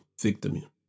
victim